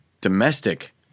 domestic